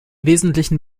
wesentlichen